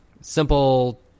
simple